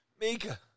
Mika